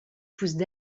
poussent